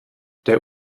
der